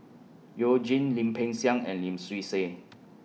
YOU Jin Lim Peng Siang and Lim Swee Say